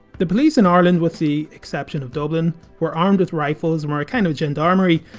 the police in ireland, with the exception of dublin, were armed with rifles and were a kind of gendarmerie.